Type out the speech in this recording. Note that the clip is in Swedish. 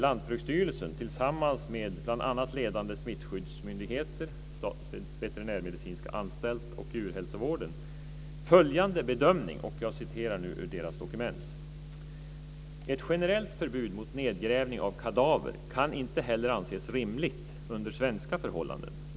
Lantbruksstyrelsen, tillsammans med bl.a. ledande smittskyddsmyndigheter som Statens veterinärmedicinska anstalt och Djurhälsovården, följande bedömning: Ett generellt förbud mot nedgrävning av kadaver kan inte heller anses rimligt under svenska förhållanden.